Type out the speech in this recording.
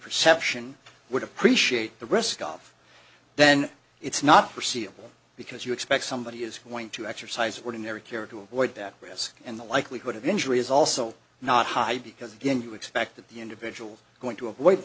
perception would appreciate the risk off then it's not perceivable because you expect somebody is going to exercise ordinary care to avoid that risk and the likelihood of injury is also not high because again you expect that the individual going to avoid